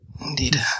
Indeed